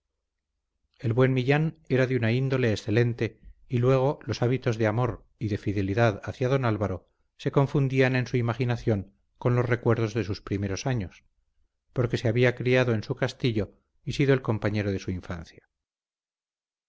el buen millán era de una índole excelente y luego los hábitos de amor y de fidelidad hacia don álvaro se confundían en su imaginación con los recuerdos de sus primeros años porque se había criado en su castillo y sido el compañero de su infancia